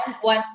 one